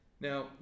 Now